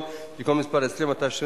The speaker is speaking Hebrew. מקום בו יש צורך,